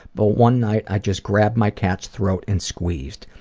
but one night i just grabbed my cat's throat and squeezed.